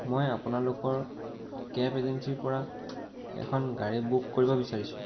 মই আপোনালোকৰ কেব এজেঞ্চিৰ পৰা এখন গাড়ী বুক কৰিব বিচাৰিছোঁ